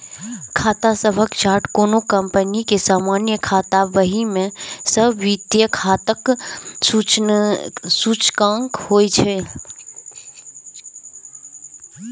खाता सभक चार्ट कोनो कंपनी के सामान्य खाता बही मे सब वित्तीय खाताक सूचकांक होइ छै